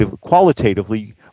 qualitatively